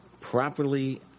properly